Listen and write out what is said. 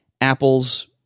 Apple's